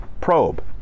probe